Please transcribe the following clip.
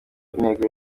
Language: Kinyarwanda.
intego